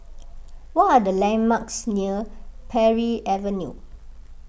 what are the landmarks near Parry Avenue